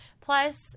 plus